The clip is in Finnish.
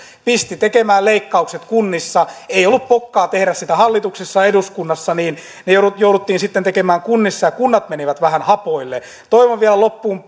pisti tekemään leikkaukset kunnissa ei ollut pokkaa tehdä sitä hallituksessa eduskunnassa niin ne jouduttiin sitten tekemään kunnissa ja kunnat menivät vähän hapoille toivon vielä loppuun